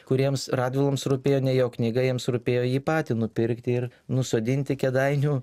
kuriems radviloms rūpėjo ne jo knyga jiems rūpėjo jį patį nupirkti ir nusodinti kėdainių